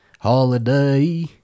Holiday